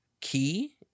key